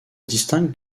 distinguent